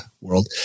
world